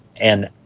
and,